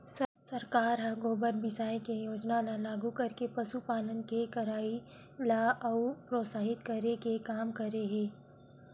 सरकार ह गोबर बिसाये के योजना ल लागू करके पसुपालन के करई ल अउ प्रोत्साहित करे के काम करे हे